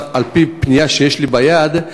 על-פי פנייה שיש לי ביד,